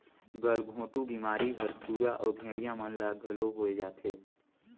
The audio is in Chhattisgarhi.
गलघोंटू बेमारी हर सुरा अउ भेड़िया मन ल घलो होय जाथे